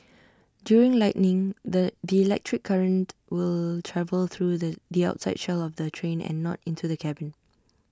during lightning the the electric current will travel through the the outside shell of the train and not into the cabin